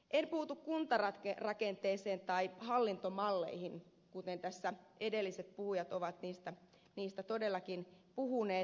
en puutu kuntarakenteeseen tai hallintomalleihin kuten tässä edelliset puhujat ovat niistä todellakin puhuneet